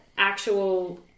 actual